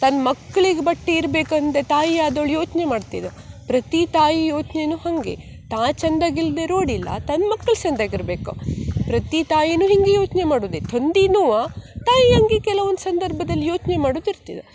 ತನ್ನ ಮಕ್ಳಿಗೆ ಬಟ್ಟೆ ಇರ್ಬೇಕಂದು ತಾಯಿ ಆದವ್ಳು ಯೋಚನೆ ಮಾಡ್ತಿದು ಪ್ರತಿ ತಾಯಿ ಯೋಚ್ನೆಯೂ ಹಾಗೆ ತಾ ಚಂದಾಗಿಲ್ದಿಡ್ರೂ ಅಡ್ಡಿಲ್ಲ ತನ್ನ ಮಕ್ಳು ಸೆಂದಗಿ ಇರಬೇಕು ಪ್ರತಿ ತಾಯಿಯೂ ಹಿಂಗೆ ಯೋಚನೆ ಮಾಡುವುದೆ ತಂದಿನೂ ತಾಯಿಯಂಗೆ ಕೆಲವೊಂದು ಸಂದರ್ಭದಲ್ಲಿ ಯೋಚನೆ ಮಾಡುದು ಇರ್ತಿದು